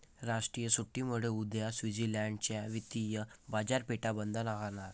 राष्ट्रीय सुट्टीमुळे उद्या स्वित्झर्लंड च्या वित्तीय बाजारपेठा बंद राहणार